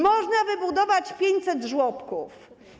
można wybudować 500 żłobków.